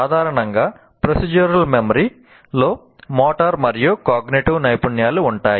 సాధారణంగా procedural memory నైపుణ్యాలు ఉంటాయి